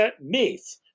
myth